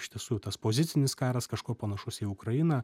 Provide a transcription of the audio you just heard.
iš tiesų tas pozicinis karas kažkuo panašus į ukrainą